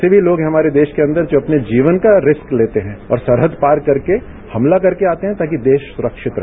सभी लोग हमारे देश के अंदर अपने जीवन का रिस्क लेते है और सरहद पार करके हमला करके आते है ताकि देश सुरक्षित रहे